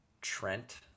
Trent